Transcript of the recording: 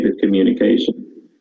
communication